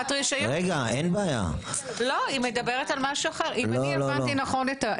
אם הבנתי נכון,